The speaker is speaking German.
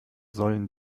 sollen